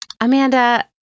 Amanda